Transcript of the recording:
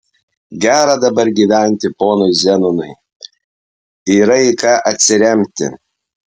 gera dabar gyventi ponui zenonui yra į ką atsiremti